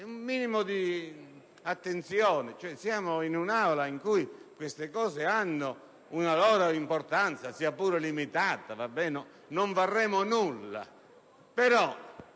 un minimo di attenzione; siamo in un'Aula in cui questi temi hanno una loro importanza, sia pure limitata. Non varremo nulla,